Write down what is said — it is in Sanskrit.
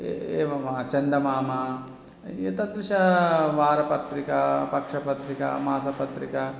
ए एवं चन्दमामा एतादृशा वार्तापत्रिका पक्षपत्रिका मासपत्रिका